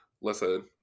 listen